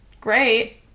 great